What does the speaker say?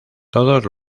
todos